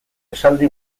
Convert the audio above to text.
esaldi